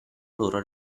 loro